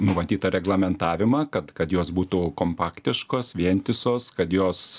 numatytą reglamentavimą kad kad jos būtų kompaktiškos vientisos kad jos